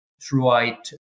throughout